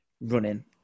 running